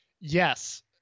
Yes